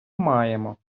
маємо